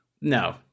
No